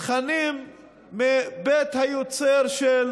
תכנים מבית היוצר של